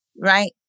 right